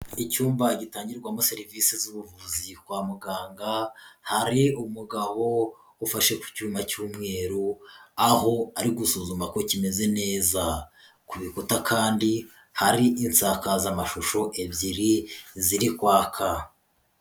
Icyumba gitangirwamo serivisi z'ubuvuzi kwa muganga, hari umugabo ufashe icyuma cy'umweru aho ari gusuzuma ko kimeze neza, ku bikuta kandi hari insakazamashusho ebyiri ziri kwaka.